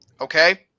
Okay